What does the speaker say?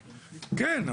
כן,